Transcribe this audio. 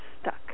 stuck